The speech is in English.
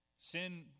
Sin